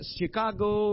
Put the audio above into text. Chicago